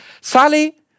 Sally